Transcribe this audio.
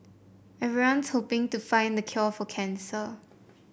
everyone's hoping to find the cure for cancer